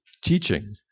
teaching